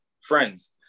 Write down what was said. friends